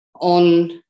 on